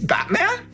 Batman